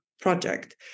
project